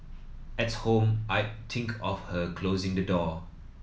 at home I'd think of her closing the door